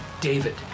David